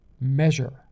measure